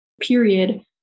Period